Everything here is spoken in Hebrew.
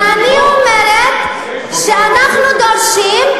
ואני אומרת שאנחנו דורשים,